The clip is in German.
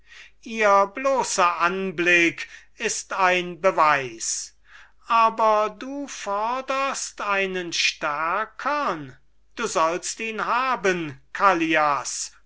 ihr bloßer anblick ist ein beweis aber du forderst einen stärkern du sollst ihn haben callias